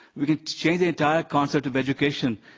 we can change the entire concept of education.